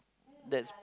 that's